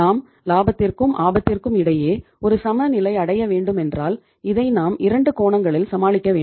நாம் லாபத்திற்கும் ஆபத்திற்கு இடையே ஒரு சமநிலை அடைய வேண்டுமென்றால் இதை நாம் இரண்டு கோணங்களில் சமாளிக்க வேண்டும்